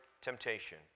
temptation